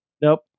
Nope